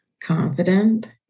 Confident